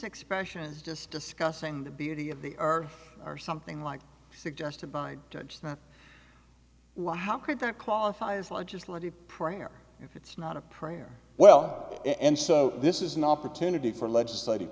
expressions just discussing the beauty of the r or something like suggested by well how could that qualify as legislative prayer if it's not a prayer well and so this is an opportunity for legislati